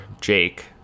Jake